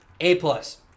A-plus